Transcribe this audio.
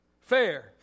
Fair